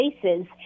places